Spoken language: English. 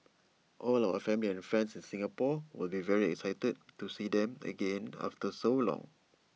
all our family and friends in Singapore will be very excited to see them again after so long